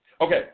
Okay